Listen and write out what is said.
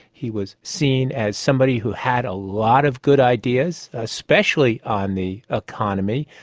he was seen as somebody who had a lot of good ideas, especially on the economy.